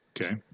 Okay